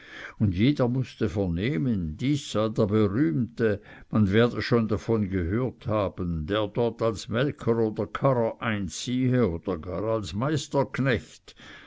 und jeder mußte vernehmen dies sei der berühmte man werde schon davon gehört haben der dort als melker oder karrer einziehe oder gar als meisterknecht